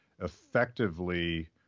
effectively